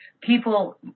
people